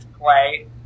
play